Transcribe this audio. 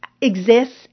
exists